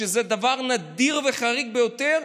שזה דבר נדיר וחריג ביותר,